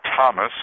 Thomas